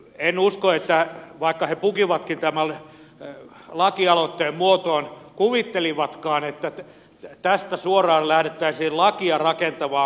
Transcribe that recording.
en usko että he vaikka he pukivatkin tämän lakialoitteen muotoon kuvittelivatkaan että tästä suoraan lähdettäisiin lakia rakentamaan